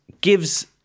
gives